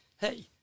hey